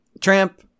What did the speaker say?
Tramp